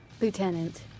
Lieutenant